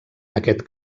aquest